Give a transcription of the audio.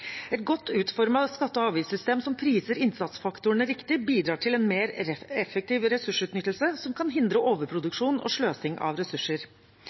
Et godt utformet skatte- og avgiftssystem som priser innsatsfaktorene riktig, bidrar til en mer effektiv ressursutnyttelse, som kan hindre overproduksjon og sløsing av ressurser.